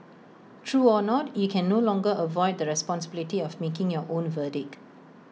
true or not you can no longer avoid the responsibility of making your own verdict